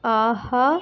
ஆஹா